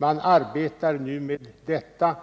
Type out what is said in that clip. Man arbetar nu med detta